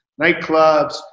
nightclubs